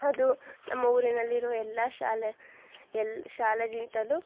ಅದು ನಮ್ಮ ಊರಿನಲ್ಲಿರುವ ಎಲ್ಲ ಶಾಲೆ ಎಲ್ ಶಾಲೆಗಿಂತಲೂ